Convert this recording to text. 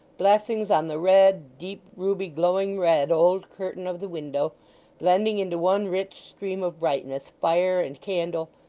blessings on the red deep, ruby, glowing red old curtain of the window blending into one rich stream of brightness, fire and candle,